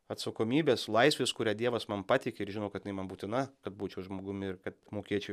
atsakomybės laisvės kurią dievas man patiki ir žino kad jinai man būtina kad būčiau žmogumi ir kad mokėčiau